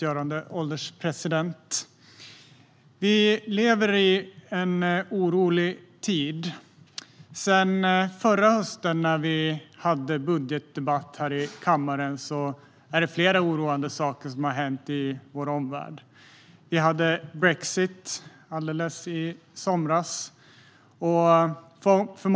Fru ålderspresident! Vi lever i en orolig tid. Sedan förra hösten när vi hade budgetdebatt här i kammaren är det flera oroande saker som har hänt i vår omvärld. Vi hade alldeles i somras brexit.